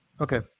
Okay